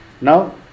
now